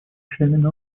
членами